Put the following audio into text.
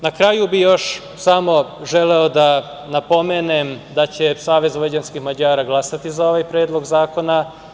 Na kraju bi još samo želeo da napomenem da će Savez vojvođanskih Mađara glasati za ovaj Predlog zakona.